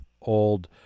old